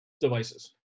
devices